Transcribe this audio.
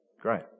Great